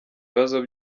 ibibazo